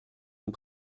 ont